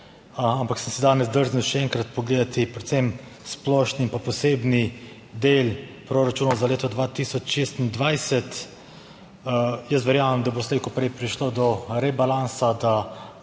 ampak sem si danes drznil še enkrat pogledati predvsem splošni in posebni del proračuna za leto 2026. Jaz verjamem da bo slej ko prej prišlo do rebalansa,